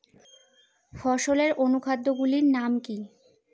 ফসলের অনুখাদ্য গুলির নাম কি?